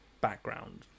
background